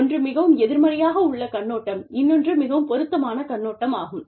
ஒன்று மிகவும் எதிர்மறையாக உள்ள கண்ணோட்டம் இன்னொன்று மிகவும் பொருத்தமான கண்ணோட்டம் ஆகும்